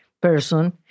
person